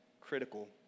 critical